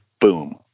boom